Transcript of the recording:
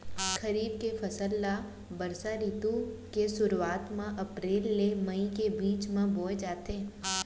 खरीफ के फसल ला बरसा रितु के सुरुवात मा अप्रेल ले मई के बीच मा बोए जाथे